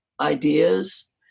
ideas